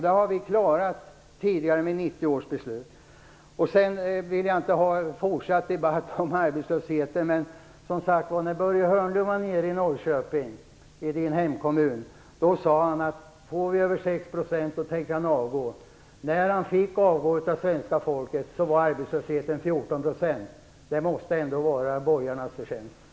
Det har vi klarat tidigare i och med Jag vill inte ha en fortsatt debatt om arbetslösheten, men jag vill säga att Börje Hörnlund när han var nere i Dan Ericssons hemkommun Norrköping sade att han tänkte avgå om arbetslösheten blev över 6 %. När svenska folket gjorde så att han fick avgå var arbetslösheten 14 %. Det måste ändå vara borgarnas förtjänst.